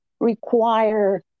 require